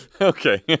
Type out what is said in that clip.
Okay